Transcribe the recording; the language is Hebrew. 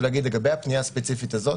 ולהגיד שלגבי הפנייה הספציפית הזאת